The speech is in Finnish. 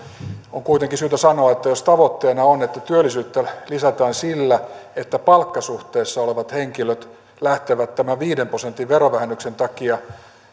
on kuitenkin syytä sanoa että jos tavoitteena on että työllisyyttä lisätään sillä että palkkasuhteessa olevat henkilöt lähtevät tämän viiden prosentin verovähennyksen takia